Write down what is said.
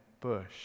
bush